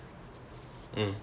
physics module but